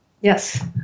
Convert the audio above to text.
Yes